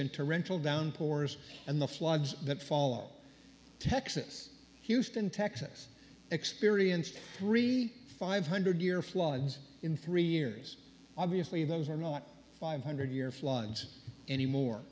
in torrential downpours and the floods that followed texas houston texas experienced three five hundred year floods in three years obviously those are not five hundred year floods anymore